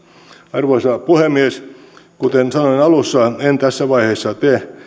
arvoisa puhemies kuten sanoin alussa en tässä vaiheessa